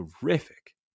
terrific